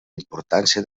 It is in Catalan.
importància